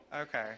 Okay